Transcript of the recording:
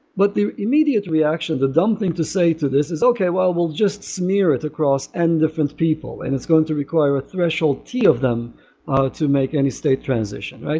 but the immediate reaction, the dumb thing to say to this is, okay, well well just smear it across in and different people. and it's going to require a threshold t of them ah to to make any state transition.